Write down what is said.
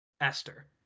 Esther